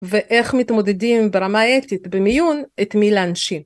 ואיך מתמודדים ברמה האתית במיון את מי להנשים.